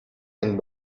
young